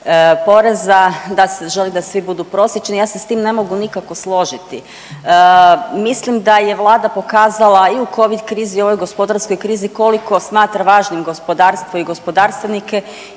da, želi da svi budu prosječni, ja se s tim ne mogu nikako složiti. Mislim da je Vlada pokazala i u covid krizi i u ovoj gospodarskoj krizi koliko smatra važnim gospodarstvo i gospodarstvenike